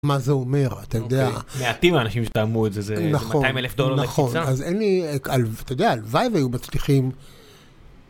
מה זה אומר אתה יודע. מעטים האנשים שטעמו את זה זה 200 אלף דולר לקציצה. אז אין לי, אתה יודע הלוואי והיו מצליחים.